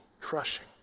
crushing